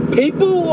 people